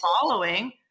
following